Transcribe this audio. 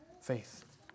faith